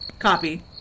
Copy